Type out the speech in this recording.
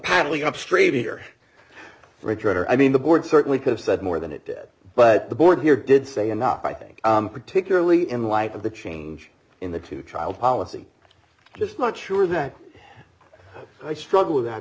paddling up straighter richer i mean the board certainly could have said more than it did but the board here did say enough i think particularly in light of the change in the two child policy just not sure that i struggle with that